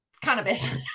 cannabis